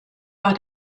war